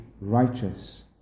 righteous